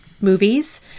movies